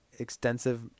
extensive